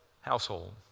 household